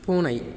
பூனை